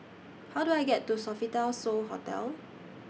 How Do I get to Sofitel So Hotel